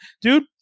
dude